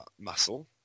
muscle